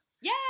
Yay